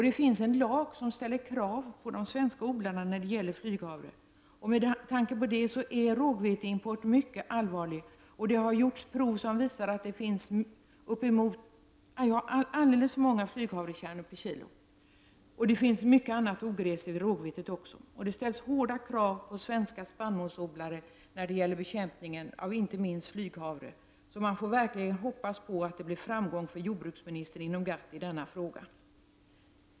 Det finns en lag som ställer krav på de svenska odlarna när det gäller flyghavre, och med tanke på det är rågveteimport mycket allvarlig. Det har tagits prover som visar att det finns alldeles för mycket flyghavrekärnor per kilo och att det finns mycket annat ogräs i rågvetet. Det ställs hårda krav på svenska spannmålsodlare när det gäller bekämpningen av inte minst flyghavre, så man får verkligen hoppas att jordbruksministern når framgång inom GATT i denna fråga.